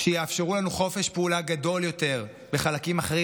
כדי שיאפשרו לנו חופש פעולה גדול יותר בחלקים אחרים,